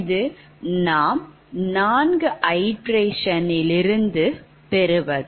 இது நாம் நான்கு iteration லிருந்து பெறுவது